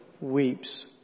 weeps